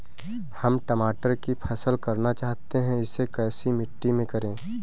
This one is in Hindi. हम टमाटर की फसल करना चाहते हैं इसे कैसी मिट्टी में करें?